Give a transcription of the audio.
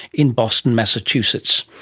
in boston massachusetts.